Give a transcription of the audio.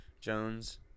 Jones